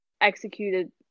executed